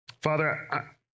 Father